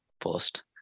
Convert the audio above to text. post